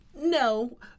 No